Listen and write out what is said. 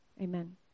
Amen